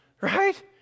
right